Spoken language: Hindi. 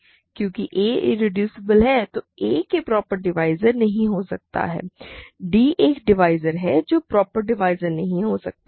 d नहीं क्योंकि a इरेड्यूसिबल है तो a के प्रॉपर डिवाइज़र नहीं हो सकते हैं d एक डिवाइज़र है जो प्रॉपर नहीं हो सकता है